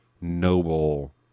noble